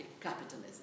capitalism